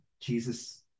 Jesus